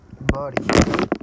body